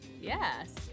yes